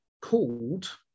called